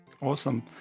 Awesome